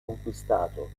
conquistato